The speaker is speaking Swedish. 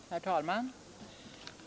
Herr talman!